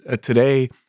today